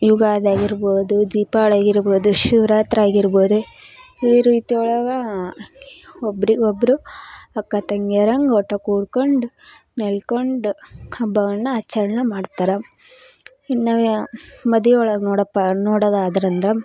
ಯುಗಾದಿ ಆಗಿರ್ಬೋದು ದೀಪಾವಳಿ ಆಗಿರ್ಬೋದು ಶಿವರಾತ್ರಿ ಆಗಿರ್ಬೋದು ಈ ರೀತಿ ಒಳಗೆ ಒಬ್ರಿಗೆ ಒಬ್ಬರು ಅಕ್ಕ ತಂಗಿಯರಂಗೆ ಒಟ್ಟು ಕೂಡಿಕೊಂಡು ನಲ್ಕೊಂಡು ಹಬ್ಬವನ್ನು ಆಚರಣೆ ಮಾಡ್ತಾರ ಇನ್ನು ವ್ಯಾ ಮದಿ ಒಳಗೆ ನೋಡಪ್ಪ ನೋಡೋದಾದ್ರೆ ಅಂದ್ರೆ